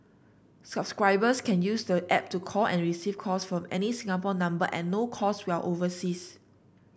subscribers can use the app to call and receive calls from any Singapore number at no cost while overseas